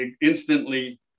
instantly